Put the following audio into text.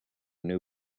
new